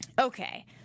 okay